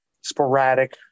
sporadic